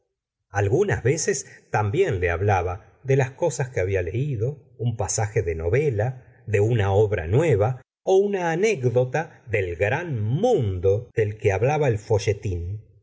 algunas veces también le hablaba de las cosas que había leido un pasaje de novela de una la señora de bovary obra nueva una anécdota del gran mundo de que hablaba el folletón